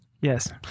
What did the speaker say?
Yes